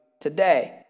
today